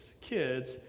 kids